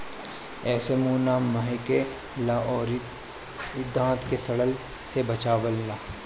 एसे मुंह ना महके ला अउरी इ दांत के सड़ला से बचावेला